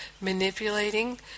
manipulating